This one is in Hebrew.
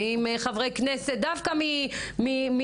ועם חברי כנסת דווקא מהחרדים,